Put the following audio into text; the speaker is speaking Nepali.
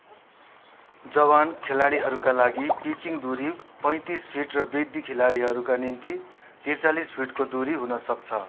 जवान खेलाडीहरूका लागि पिचिङ दुरी पैँतिस फिट र वृद्ध खेलाडीहरूका निम्ति त्रिचालिस फिटको दुरी हुन सक्छ